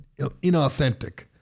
inauthentic